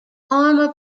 armor